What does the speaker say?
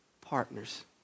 Partners